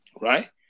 right